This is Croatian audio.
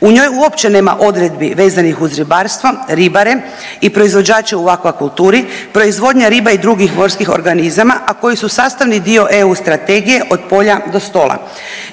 U njoj uopće nema odredbi vezanih uz ribarstvo, ribare i proizvođače u akvakulturi, proizvodnja riba i drugih morskih organizama, a koji su sastavni dio eu Strategije od polja do stola.